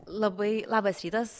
labai labas rytas